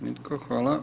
Nitko, hvala.